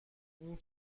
این